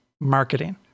Marketing